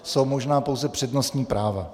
Jsou možná pouze přednostní práva.